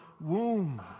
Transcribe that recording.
womb